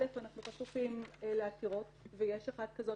אנחנו חשופים לעתירות ויש אחת כזאת